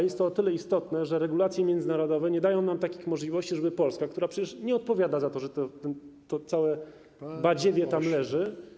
Jest to o tyle istotne, że regulacje międzynarodowe nie dają takiej możliwości, żeby Polska, która przecież nie odpowiada za to, że to całe badziewie tam leży.